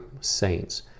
saints